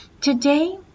Today